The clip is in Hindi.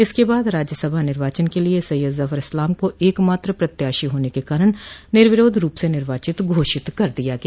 इसके बाद राज्यसभा निर्वाचन के लिये सैय्यद जफर इस्लाम को एकमात्र प्रत्याशी होने के कारण निर्विरोध रूप से निवाचित घोषित कर दिया गया